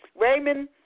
Raymond